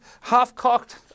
half-cocked